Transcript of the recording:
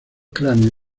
cráneos